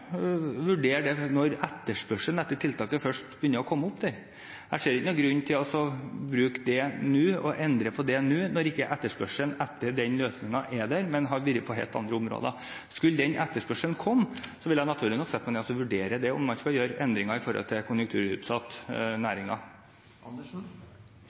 vurdere det når etterspørselen etter tiltaket begynner å komme. Jeg ser ingen grunn til å bruke det nå, og til å endre på det nå, når ikke etterspørselen etter den løsningen er der, men har vært på helt andre områder. Skulle den etterspørselen komme, vil jeg naturligvis sette meg ned og vurdere om en skal gjøre endringer med hensyn til konjunkturutsatte næringer. Her kommer kanskje noe av den grunnleggende forskjellen i